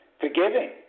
Forgiving